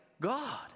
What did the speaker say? God